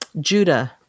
Judah